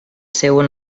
seua